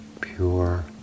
pure